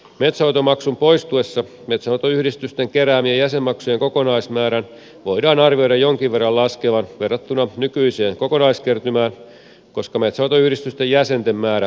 metsänhoitomaksun poistuessa metsänhoitoyhdistysten keräämien jäsenmaksujen kokonaismäärän voidaan arvioida jonkin verran laskevan verrattuna nykyiseen kokonaiskertymään koska metsänhoitoyhdistysten jäsenten määrä todennäköisesti vähenisi